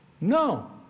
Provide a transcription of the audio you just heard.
No